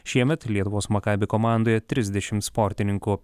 šiemet lietuvos maccabi komandoje trisdešimt sportininkų